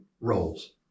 roles